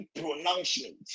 pronouncement